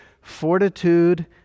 fortitude